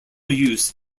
use